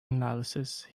analysis